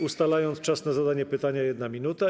Ustalam czas na zadanie pytania - 1 minuta.